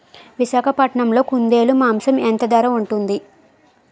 విశాఖపట్నంలో కుందేలు మాంసం ఎంత ధర ఉంటుంది?